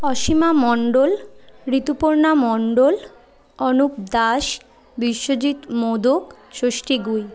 অসীমা মণ্ডল ঋতুপর্ণা মণ্ডল অনুপ দাস বিশ্বজিৎ মোদক ষষ্ঠী গুই